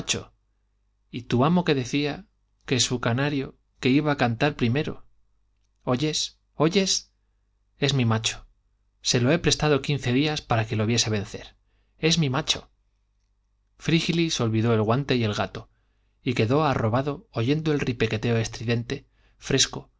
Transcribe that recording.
y tu amo que decía que su canario que iba a cantar primero oyes oyes es mi macho se lo he prestado quince días para que lo viese vencer es mi macho frígilis olvidó el guante y el gato y quedó arrobado oyendo el repiqueteo estridente fresco